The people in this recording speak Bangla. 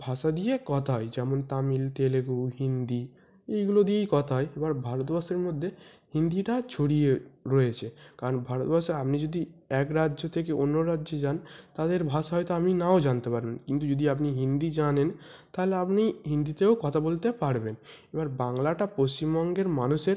ভাষা দিয়ে কথা হয় যেমন তামিল তেলেগু হিন্দি এইগুলো দিয়েই কথা হয় এবার ভারতবর্ষের মধ্যে হিন্দিটা ছড়িয়ে রয়েছে কারণ ভারতবর্ষে আপনি যদি এক রাজ্য থেকে অন্য রাজ্যে যান তাদের ভাষা হয়তো আমি নাও জানতে পারেন কিন্তু যদি আপনি হিন্দি জানেন তালে আপনি হিন্দিতেও কথা বলতে পারবেন এবার বাংলাটা পশ্চিমবঙ্গের মানুষের